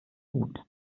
gut